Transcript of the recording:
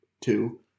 two